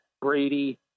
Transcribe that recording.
Brady